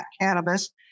cannabis